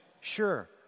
Sure